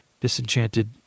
disenchanted